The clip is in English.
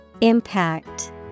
Impact